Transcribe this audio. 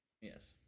Yes